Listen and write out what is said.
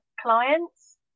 clients